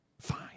Fine